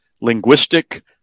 linguistic